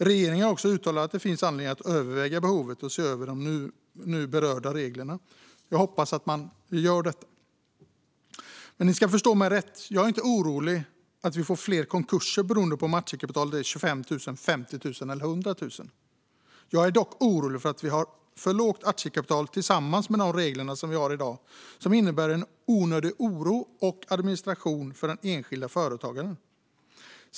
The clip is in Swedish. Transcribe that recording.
Regeringen har också uttalat att det finns anledning att överväga behovet av att se över de nu berörda reglerna. Jag hoppas att man gör detta. Men ni ska förstå mig rätt. Jag är inte orolig för att vi får fler konkurser beroende på om aktiekapitalet är 25 000, 50 000 eller 100 000 kronor. Jag är dock orolig för att vi har för lågt aktiekapital tillsammans med de regler som vi har i dag och som innebär en onödig oro och administration för den enskilda företagaren.